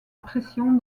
pression